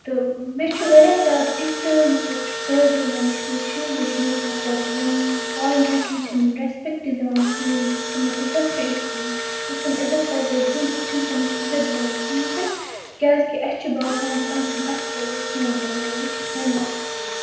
تہٕ مےٚ چھُ واریاہ زیادٕ تِتھ تہِ مطلب طٲلبہٕ علم وٕچھمٕتۍ شُرۍ وٕچھمٕتۍ مطلب یِم کاڈنیٹرَن چھِنہٕ رٮ۪سپٮ۪کٹ دِوان کِہیٖنۍ یُس تِمَن عزت چھِ أسۍ یُس تِم عزت پَزِ اَسہِ دیُن أسۍ چھِنہٕ تِمَن سُہ عزت دِوان کِہیٖنۍ تہِ نہٕ کیٛازِکہِ اَسہِ چھُ باسان کہِ یِم چھِنہٕ اَتھ قٲبِل کِہیٖنۍ تہِ نہٕ مگر یہِ چھِ سٲنۍ غلط سونچ